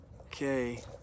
Okay